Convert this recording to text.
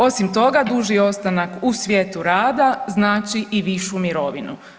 Osim toga duži ostanak u svijetu rada znači i višu mirovinu.